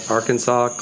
Arkansas